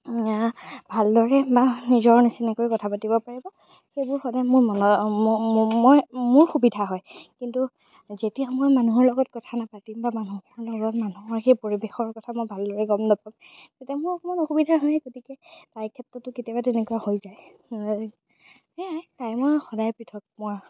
ভালদৰে বা নিজৰ নিচিনাকৈ কথা পাতিব পাৰিব সেইবোৰ সদায় মোৰ মনত মোৰ সুবিধা হয় কিন্তু যেতিয়া মই মানুহৰ লগত কথা নাপাতিম বা মানুহৰ লগত মানুহৰ সেই পৰিৱেশৰ কথা মই ভালদৰে গম নাপাম তেতিয়া মই অকণমান অসুবিধা হয় গতিকে তাইৰ ক্ষেত্ৰতো কেতিয়াবা তেনেকুৱা হৈ যায় সেয়াই তাই মই সদায় পৃথক মই